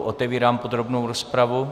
Otevírám podrobnou rozpravu.